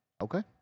Okay